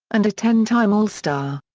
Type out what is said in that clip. and a ten-time all-star.